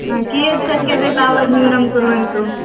हा कियत् शक्यते तावत् न्यूनं कुर्वन्तु